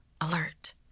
alert